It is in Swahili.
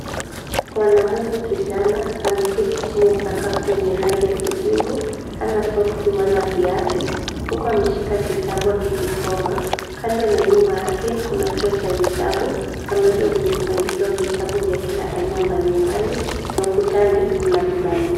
Mwanamume kijana ameketi chini ya sakafu yenye rangi ya kijivu, hana socks wala viatu, huku ameshika kitabu akikisoma. Kando na nyuma yake, kuna chuo cha vitabu ambavyo vimepangaliwa vitabu vya kila aina mbalimbali na ukutani kuna vibandiko.